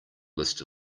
list